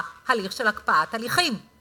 את האיתנות שלה ואת העצמאות שלה להמשיך לאורך הדרך,